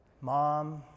Mom